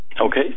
Okay